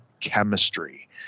chemistry